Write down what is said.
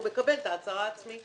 הוא מקבל את ההצהרה העצמית.